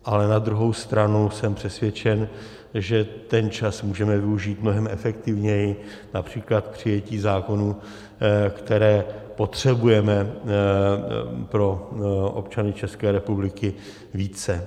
Ale na druhou stranu jsem přesvědčen, že ten čas můžeme využít mnohem efektivněji, například k přijetí zákonů, které potřebujeme pro občany České republiky více.